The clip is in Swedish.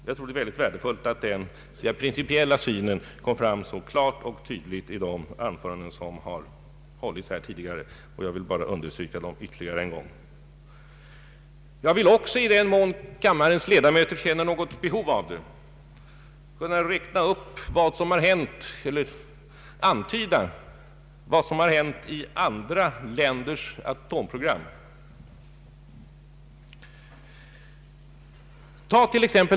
Jag tycker att det är värdefullt att den principiella synen kom fram så klart och tydligt i de anföranden som hållits här tidigare. Jag vill bara understryka det ytterligare en gång. I den mån kammarens ledamöter känner något behov av det kan jag antyda vad som hänt i fråga om andra länders atomprogram.